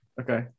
Okay